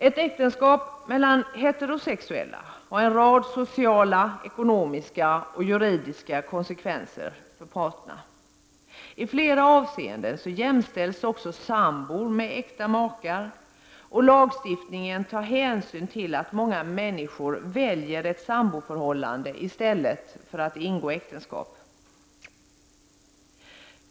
Ett äktenskap mellan heterosexuella har en rad sociala, ekonomiska och juridiska konsekvenser för parterna. I flera avseenden jämställs också sambor med äkta makar, och lagstiftningen tar hänsyn till att många människor väljer ett samboförhållande i stället för att ingå äktenskap.